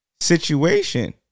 situation